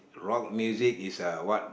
rock music is a what